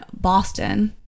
Boston